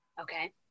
Okay